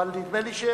בנאומים בני דקה.